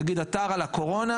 נניח אתר על הקורונה,